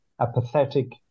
apathetic